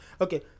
Okay